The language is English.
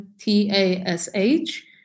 T-A-S-H